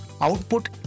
output